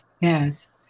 Yes